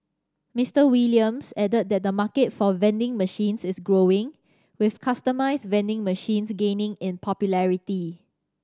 Mister Williams added that the market for vending machines is growing with customised vending machines gaining in popularity